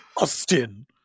Austin